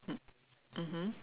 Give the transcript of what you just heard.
mm mmhmm